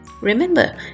Remember